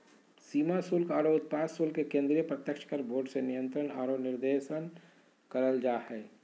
सीमा शुल्क आरो उत्पाद शुल्क के केंद्रीय प्रत्यक्ष कर बोर्ड से नियंत्रण आरो निर्देशन करल जा हय